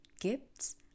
gifts